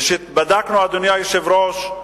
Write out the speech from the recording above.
כשבדקנו, אדוני היושב-ראש,